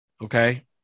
Okay